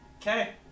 Okay